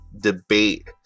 debate